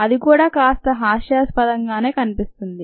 అది కూడా కాస్త హాస్యాస్పదంగానే కనిపిస్తుంది